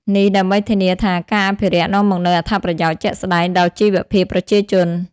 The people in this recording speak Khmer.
នេះដើម្បីធានាថាការអភិរក្សនាំមកនូវអត្ថប្រយោជន៍ជាក់ស្តែងដល់ជីវភាពប្រជាជន។